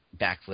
backflip